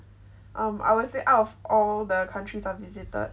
um I will say out of all the countries I've visited